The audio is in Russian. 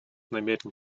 намерен